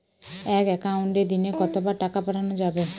এক একাউন্টে দিনে কতবার টাকা পাঠানো যাবে?